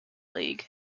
league